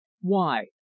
Why